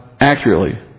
accurately